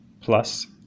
plus